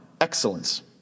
excellence